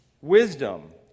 wisdom